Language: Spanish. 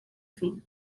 fin